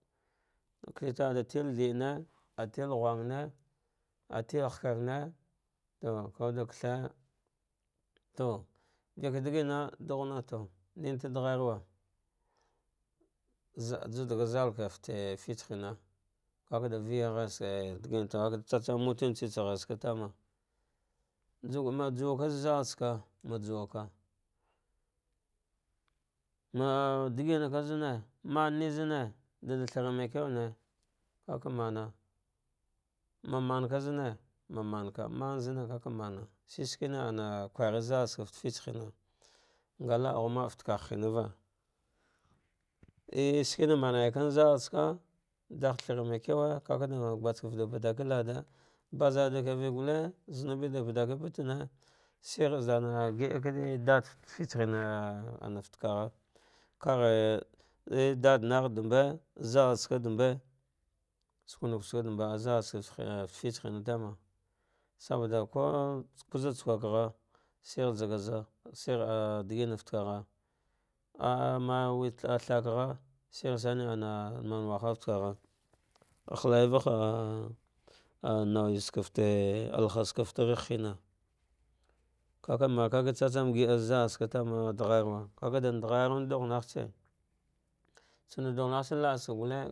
atel thirdre ah telghwarne ehatramo kawuda de katsaja to vik gadina dughnato mine ta daghawa zaa juch ga zalka fata fitrse hina kakada viyajhartsa digina ka tsatsar mutunci isa shalsaka tana zuma juwaka za zattsaka majuiwaka madiginate ka zame mane zaner dada thare malka wene kava mana maman kazame mamanka a shikre shivina kwarine, zaltsaka fata fitse hira nga laa ghu ma'ab fate kagha hinava a shivena manarvam zaltsaka do thara malkewe va qaneetu da rubuta lada bazaninka rive galley zubeda taki rubatawe, shir zand ka gida kade dada ana fate kagha kagh dadanegh mb zatsaka mbe sukunak tsa da mbe fate fitsi hina tama saboda ko kura tsukwagh shir zaka za shi digma fate kagha ah we thaugha shi sana ana manwahal fata kagha ah hayafahe vnujate tsaka fate lahatsa hina kavamh gida zah zaltsaka ka ka da nadara redran dugh naghtse tsano dud hnaghtse la atsaka qule.